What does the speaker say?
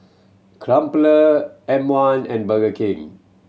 Crumpler M One and Burger King